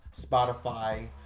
Spotify